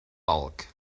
bulk